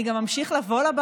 אני גם אמשיך לבוא,